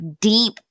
deep